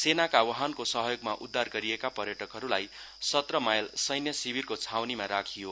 सेनाका वाहनको सहयोगमा उद्घार गरिएका पर्यटकहरूलाई सत्र माइल सैन्य शिविरको छाउनीमा राखियो